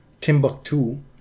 Timbuktu